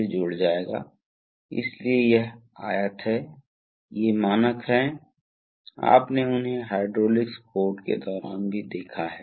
इसलिए भारी भार के लिए हम आम तौर पर उन्हें धीरे धीरे और हल्के भार से स्थानांतरित करते हैं हम उन्हें तेज सही स्थानांतरित कर सकते हैं